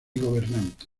gobernante